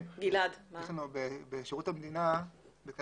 בשירות המדינה בסעיף